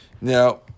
Now